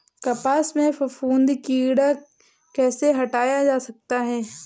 कपास से फफूंदी कीड़ा कैसे हटाया जा सकता है?